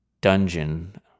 dungeon